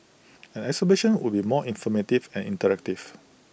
an exhibition would be more informative and interactive